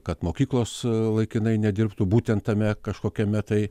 kad mokyklos laikinai nedirbtų būtent tame kažkokiame tai